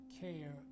care